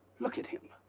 look at him!